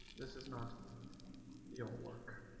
this is not your work